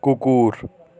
কুকুর